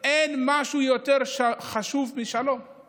הם עולים יותר כסף להורים שלהם או בכלל.